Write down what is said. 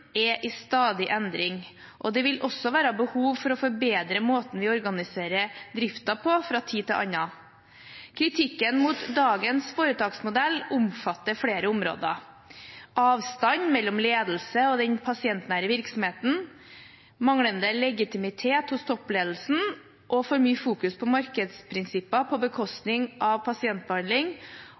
er i stadig endring, og det vil også være behov for å forbedre måten vi organiserer driften på, fra tid til annen. Kritikken mot dagens foretaksmodell omfatter flere områder. Avstand mellom ledelse og den pasientnære virksomheten, manglende legitimitet hos toppledelsen, at det fokuseres for mye på markedsprinsipper på bekostning av pasientbehandling,